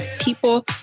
people